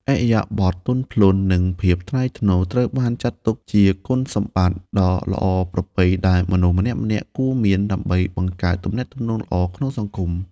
ឥរិយាបថទន់ភ្លន់ និងភាពថ្លៃថ្នូរត្រូវបានចាត់ទុកជាគុណសម្បត្តិដ៏ល្អប្រពៃដែលមនុស្សម្នាក់ៗគួរមាន ដើម្បីបង្កើតទំនាក់ទំនងល្អក្នុងសង្គម។